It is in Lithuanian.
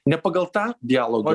ne pagal tą dialogą